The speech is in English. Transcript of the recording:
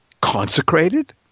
consecrated